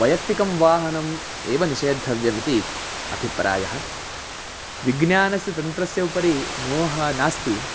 वैयक्तिकं वाहनम् एव निषेद्धव्यम् इति अभिप्रायः विज्ञानस्य तन्त्रस्य उपरि मोहः नास्ति